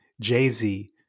Jay-Z